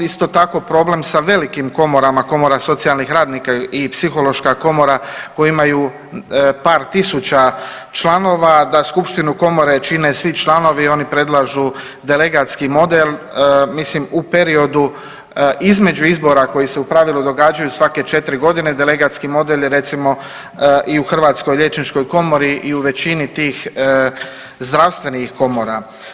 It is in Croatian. Isto tako problem sa velikim komorama, komora socijalnih radnika i psihološka komora koje imaju par tisuća članova da skupštinu komore čine svi članovi, oni predlažu delegatski model, mislim u periodu između izbora koji se u pravilu događaju svake 4.g. delegatski model je recimo i u Hrvatskoj liječničkoj komori i u većini tih zdravstvenih komora.